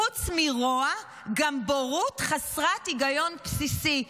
חוץ מרוע גם בורות, חסרת היגיון בסיסי.